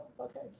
Okay